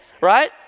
right